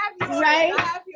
Right